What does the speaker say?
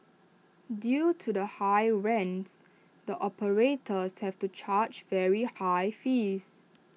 due to the high rents the operators have to charge very high fees